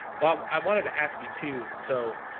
well, i wanted to ask you to so